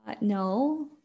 No